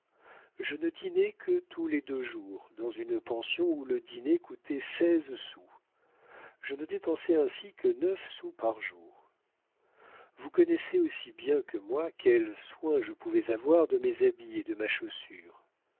je ne dînais que tous les deux jours dans une pension où le dîner coûtait seize sous je ne dépensais ainsi que neuf sous par jour vous connaissez aussi bien que moi quel soin je pouvais avoir de mes habits et de ma chaussure